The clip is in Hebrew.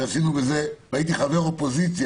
כשעשינו את זה הייתי חבר אופוזיציה.